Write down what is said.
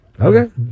Okay